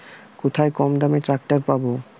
কোথায় কমদামে ট্রাকটার পাব?